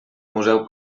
museu